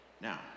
Now